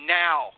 now